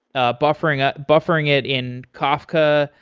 ah buffering ah buffering it in kafka.